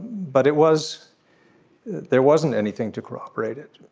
but it was there wasn't anything to corroborate it.